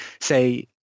say